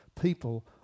people